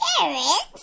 Carrots